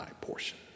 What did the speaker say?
portion